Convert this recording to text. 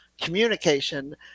communication